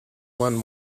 one